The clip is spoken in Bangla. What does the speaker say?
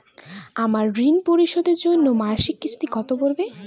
আমার ঋণ পরিশোধের জন্য মাসিক কিস্তি কত পড়বে?